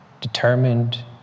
determined